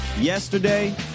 yesterday